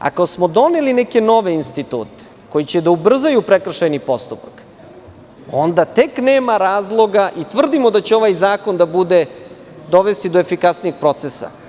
Ako smo doneli neke nove institute koji će da ubrzaju prekršajni postupak, onda tek nema razloga i tvrdimo da će ovaj zakon da dovede do efikasnijeg procesa.